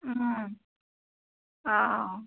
ꯎꯝ ꯑꯥꯎ